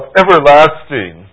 everlasting